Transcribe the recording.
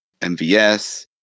MVS